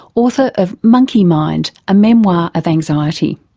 author of monkey mind a memoir of anxiety.